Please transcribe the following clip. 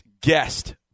guest